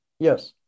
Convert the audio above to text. Yes